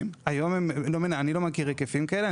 אני לא מכיר היקפים כאלה.